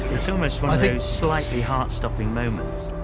it's almost one of those slightly heart-stopping moments.